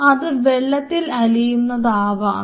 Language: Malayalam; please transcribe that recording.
അത് വെള്ളത്തിൽ അലിയുന്നതാവണം